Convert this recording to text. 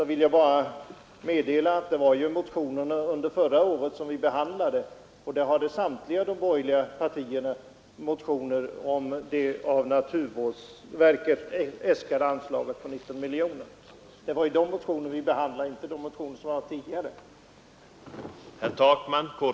Jag vill bara påpeka att det var föregående års motioner som vi behandlade, och det året hade samtliga borgerliga partier väckt motioner i anslutning till det av naturvårdsverket äskade anslaget på 19 miljoner kronor. Det var de motionerna vi behandlade, inte motioner från tidigare år.